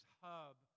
hub